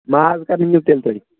ماز کَر نِیِو تیٚلہِ تُہۍ